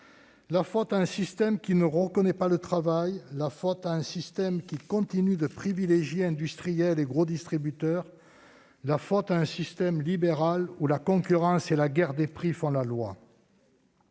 la faute à un système qui ne reconnaît pas le travail, la faute à un système qui continue de privilégier industriels et gros distributeurs, la faute à un système libéral où la concurrence et la guerre des prix font la loi.